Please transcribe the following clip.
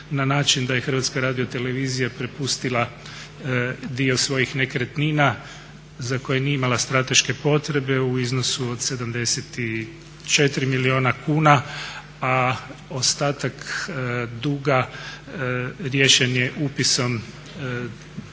na način da je Hrvatska radiotelevizija prepustila dio svojih nekretnina za koje nije imala strateške potrebe u iznosu 74 milijuna kuna a ostatak duga riješen je upisom